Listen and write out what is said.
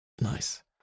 nice